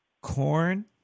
corn